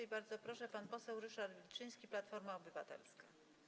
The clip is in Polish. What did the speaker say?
I bardzo proszę, pan poseł Ryszard Wilczyński, Platforma Obywatelska.